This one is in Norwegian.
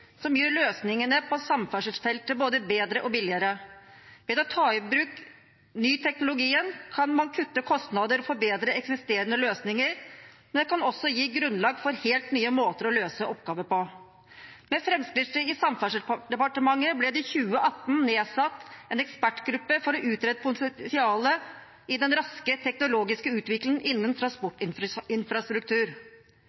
som gjør løsningene på samferdselsfeltet både bedre og billigere. Ved å ta i bruk ny teknologi kan man kutte kostnader og forbedre eksisterende løsninger, men det kan også gi grunnlag for helt nye måter å løse oppgaver på. Med Fremskrittspartiet i Samferdselsdepartementet ble det i 2018 nedsatt en ekspertgruppe for å utrede potensialet i den raske teknologiske utviklingen innen